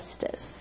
justice